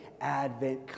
advent